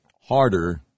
harder